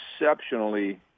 exceptionally